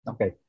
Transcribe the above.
Okay